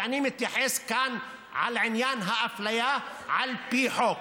ואני מתייחס כאן לעניין האפליה על פי חוק.